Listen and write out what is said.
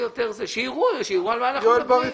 שיראו על מה אנחנו מדברים.